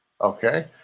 Okay